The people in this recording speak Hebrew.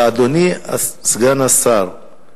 אדוני סגן השר,